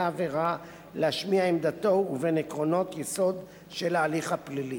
העבירה להשמיע עמדתו ובין עקרונות יסוד של ההליך הפלילי.